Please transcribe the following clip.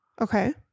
Okay